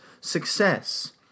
success